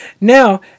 Now